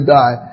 die